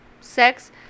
sex